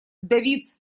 вдовиц